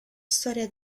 storia